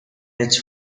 its